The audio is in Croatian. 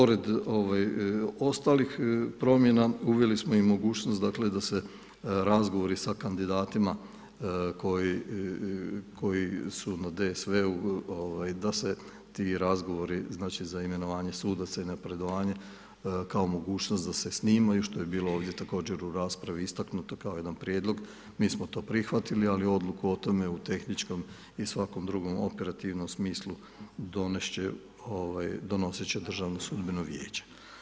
Pored ostalih promjena, uveli smo i mogućnost da se razgovori sa kandidatima koji su na DSV-u da se ti razgovori za imenovanje sudaca i napredovanje, kao mogućnost da se snimaju, što je bilo ovdje također u raspravi istaknuto kao jedan prijedlog, mi smo to prihvatili, ali odluku o tome u tehničkom i svakom drugom operativnom smislu donosit će Državno sudbeno vijeće.